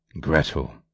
Gretel